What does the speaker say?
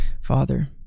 Father